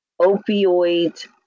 opioid